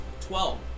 Twelve